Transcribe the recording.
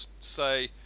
say